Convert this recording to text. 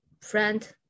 friend